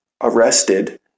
arrested